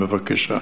בבקשה.